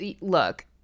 look